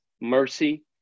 mercy